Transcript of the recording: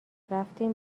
رفتیم